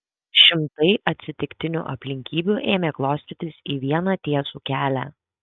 šimtai atsitiktinių aplinkybių ėmė klostytis į vieną tiesų kelią